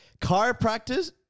Chiropractors